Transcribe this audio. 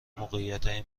موقعیتهای